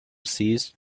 seized